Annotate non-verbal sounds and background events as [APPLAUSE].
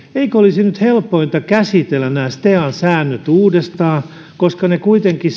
eikö olisi nyt helpointa käsitellä nämä stean säännöt uudestaan koska niissä kuitenkin [UNINTELLIGIBLE]